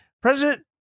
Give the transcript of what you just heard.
President